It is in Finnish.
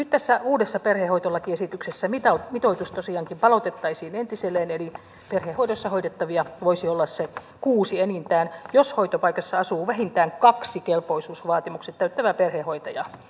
nyt tässä uudessa perhehoitolakiesityksessä mitoitus tosiaankin palautettaisiin entiselleen eli perhehoidossa hoidettavia voisi olla se kuusi enintään jos hoitopaikassa asuu vähintään kaksi kelpoisuusvaatimukset täyttävää perhehoitajaa